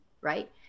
right